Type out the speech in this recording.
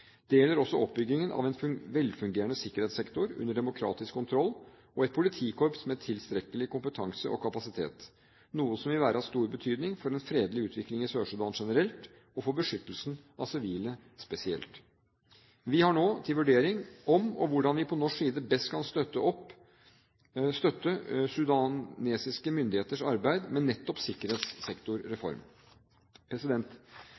Det gjelder også oppbyggingen av en velfungerende sikkerhetssektor under demokratisk kontroll og et politikorps med tilstrekkelig kompetanse og kapasitet, noe som vil være av stor betydning for en fredelig utvikling i Sør-Sudan generelt og for beskyttelsen av sivile spesielt. Vi har nå til vurdering om og hvordan vi på norsk side best kan støtte sudanske myndigheters arbeid med nettopp